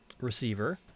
receiver